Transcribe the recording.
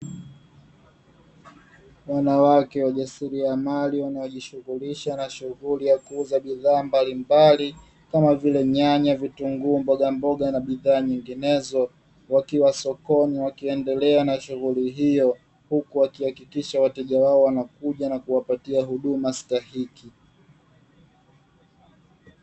Wanawake wajasiriamali wanaojishughulisha na shughuli ya kuuza bidhaa mbalimbali, kama vile: nyanya, vitunguu, mbogamboga na bidhaa nyinginezo, wakiwa sokoni wakiendelea na shughuli hiyo, huku wakihakikisha wateja wao wanakuja na kuwapatia huduma stahiki.